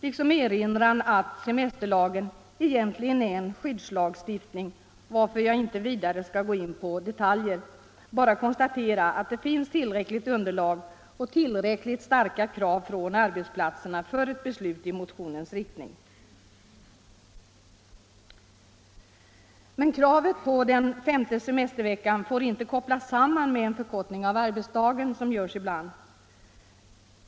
Där erinras också om att semesterlagen egentligen är en skyddslagstiftning, och därför skall jag här inte gå in på detaljer utan bara konstatera att det finns tillräckligt underlag och tillräckligt starka krav från arbetsplatserna för ett beslut i motionens riktning nu. Men kravet på den femte semesterveckan får inte kopplas samman med cn förkortning av arbetsdagen, vilket ibland sker.